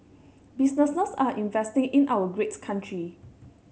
businesses are investing in our great country